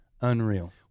unreal